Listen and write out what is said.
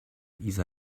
either